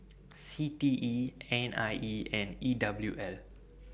C T E N I E and E W L